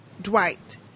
Dwight